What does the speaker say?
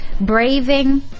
braving